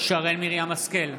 שרן מרים השכל,